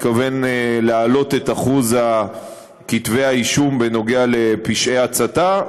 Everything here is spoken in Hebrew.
מתכוון להעלות את אחוז כתבי האישום בנוגע לפשעי הצתה.